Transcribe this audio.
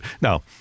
now